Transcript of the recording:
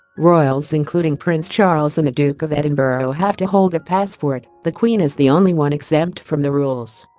royals including prince charles and the duke of edinburgh have to hold a passport, the queen is the only one exempt from the rules